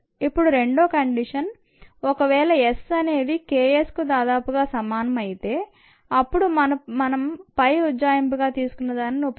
ఇప్పుడు రెండో కండిషన్ ఒకవేళ s అనేది Ks కు దాదాపుగా సమానం అయితే అప్పుడు మనం పై ఉజ్జాయింపుగా తీసుకున్న దానిని ఉపయోగించలేం